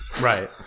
Right